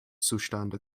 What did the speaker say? zustande